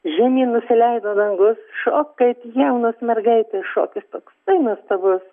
žemyn nusileido dangus šoka it jaunos mergaitės šokis toksai nuostabus